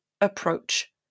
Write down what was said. approach